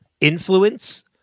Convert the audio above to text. influence